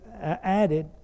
added